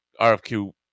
RFQ